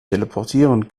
teleportieren